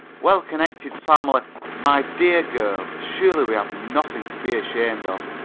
well-connected family my dear girl! surely we have nothing to be ashamed of